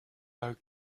are